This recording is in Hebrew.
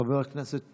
חבר הכנסת פינדרוס,